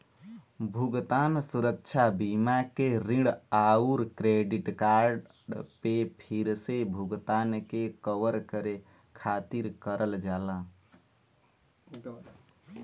भुगतान सुरक्षा बीमा के ऋण आउर क्रेडिट कार्ड पे फिर से भुगतान के कवर करे खातिर करल जाला